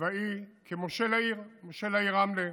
צבאי כמושל העיר, מושל העיר רמלה.